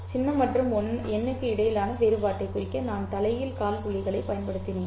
சின்னம் மற்றும் எண்ணுக்கு இடையிலான வேறுபாட்டைக் குறிக்க நான் தலைகீழ் காற்புள்ளிகளைப் பயன்படுத்தினேன்